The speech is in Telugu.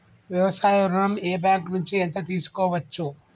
వ్యవసాయ ఋణం ఏ బ్యాంక్ నుంచి ఎంత తీసుకోవచ్చు?